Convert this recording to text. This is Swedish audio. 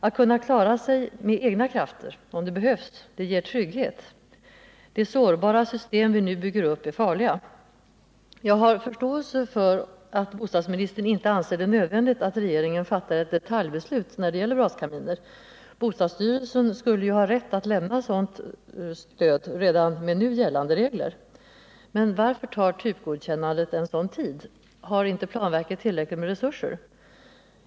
Att kunna klara sig med egna krafter om det behövs ger trygghet. De sårbara system vi nu bygger upp är farliga. Jag har förståelse för att bostadsministern inte anser det nödvändigt att regeringen fattar ett detaljbeslut när det gäller braskaminer. Bostadsstyrelsen skulle ju ha rätt att lämna godkännande redan med nu gällande regler. Men varför tar typgodkännandet en sådan tid?